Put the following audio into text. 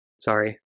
Sorry